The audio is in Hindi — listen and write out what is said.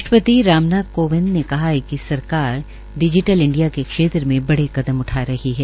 राष्ट्रपति राम नाथ कोविंद ने कहा है कि सरकार डिजीटल इंडिया के क्षेत्र में बडे कदम उठा रही है